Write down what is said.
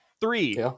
Three